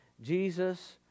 Jesus